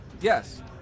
yes